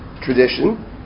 tradition